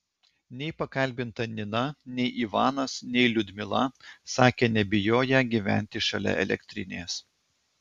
nei pakalbinta nina nei ivanas nei liudmila sakė nebijoję gyventi šalia elektrinės